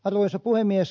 arvoisa puhemies